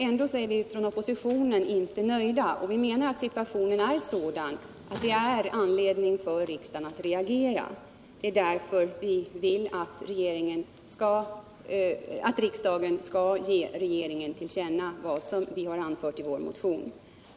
Ändå är vii oppositionen inte nöjda, utan vi anser att situationen är sådan att det finns anledning för riksdagen att reagera. Därför vill vi att riksdagen skall ge regeringen till känna vad vi har anfört i vår motion.